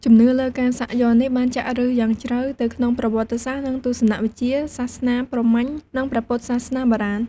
ជំនឿលើការសាក់យ័ន្តនេះបានចាក់ឫសយ៉ាងជ្រៅទៅក្នុងប្រវត្តិសាស្ត្រ និងទស្សនវិជ្ជាសាសនាព្រហ្មញ្ញ និងព្រះពុទ្ធសាសនាបុរាណ។